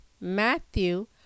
Matthew